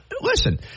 listen